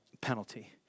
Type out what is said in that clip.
penalty